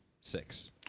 Six